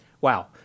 Wow